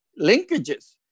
linkages